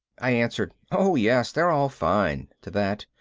i answered, oh yes, they're all fine, to that,